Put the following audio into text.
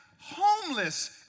homeless